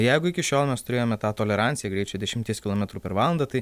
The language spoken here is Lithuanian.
jeigu iki šiol mes turėjome tą toleranciją greičio dešimties kilometrų per valandą tai